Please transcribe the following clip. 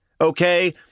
okay